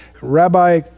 Rabbi